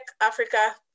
Africa